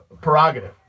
prerogative